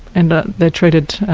and they're treated,